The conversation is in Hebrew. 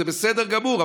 זה בסדר גמור,